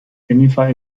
jennifer